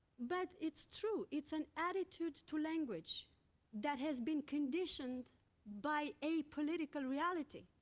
but it's true it's an attitude to language that has been conditioned by a political reality,